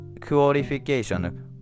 qualification